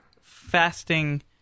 fasting